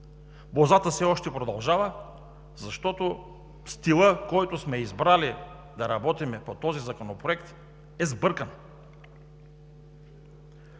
Бозата все още продължава, защото стилът, по който сме избрали да работим по този проект, е сбъркан.